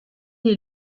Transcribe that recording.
est